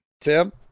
Tim